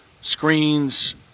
screens